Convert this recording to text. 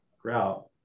grout